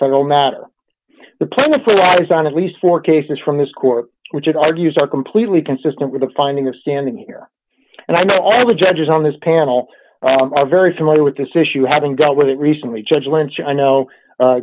federal matter the plentiful was on at least four cases from this court which it argues are completely consistent with the finding of standing here and i know all the judges on this panel are very familiar with this issue having dealt with it recently judge lynch i know